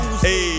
Hey